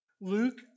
Luke